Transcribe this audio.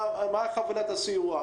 מה חבילת הסיוע,